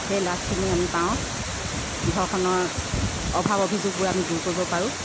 সেই লাভখিনি আমি পাওঁ ঘৰখনৰ অভাৱ অভিযোগবোৰ আমি দূৰ কৰিব পাৰোঁ